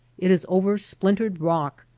it is over splintered rock,